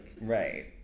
Right